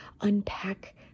Unpack